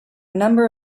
number